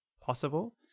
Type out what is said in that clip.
possible